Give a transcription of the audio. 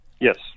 Yes